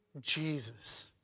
Jesus